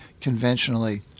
conventionally